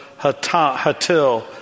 Hatil